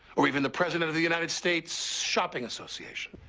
or even the president of the united states'. shopping association.